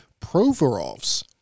Provorov's